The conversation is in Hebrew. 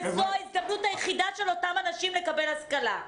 וזו ההזדמנות היחידה של אותם אנשים לקבל השכלה,